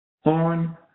horn